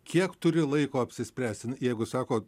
kiek turi laiko apsispręsti jeigu sako